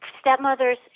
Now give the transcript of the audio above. Stepmothers